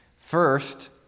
first